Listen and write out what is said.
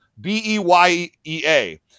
B-E-Y-E-A